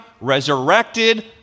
resurrected